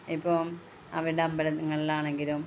ഇപ്പം അവരുടെ അമ്പലങ്ങളിലാണെങ്കിലും